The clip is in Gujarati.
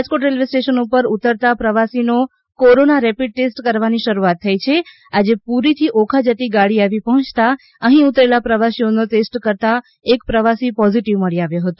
રાજકોટ રેલ્વે સ્ટેશન ઉપર ઉતરતા પ્રવાસીનો કોરોના રેપિડ ટેસ્ટ કરવાની શરૂઆત થઈ છે આજે આજે પૂરી થી ઓખા જતી ગાડી આવી પહોચતા અહી ઉતરેલા પ્રવાસીઓ નો ટેસ્ટ કરતાં એક પ્રવાસી પોઝિટિવ મળી આવ્યો હતો